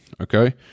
okay